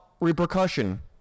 repercussion